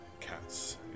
cats